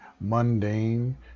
mundane